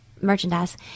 merchandise